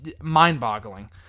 mind-boggling